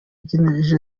geneve